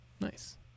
Nice